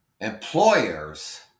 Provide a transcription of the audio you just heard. Employers